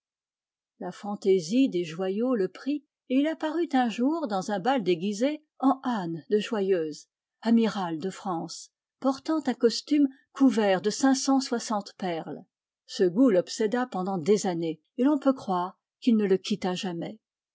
la fantaisie des joyaux le prit et il apparut un jour dans un bal déguisé en anne de joyeuse amiral de france portant un costume couvert de cinq cent soixante perles ce goût l'obséda pendant des années et l'on peut croire qu'il ne le quitta jamais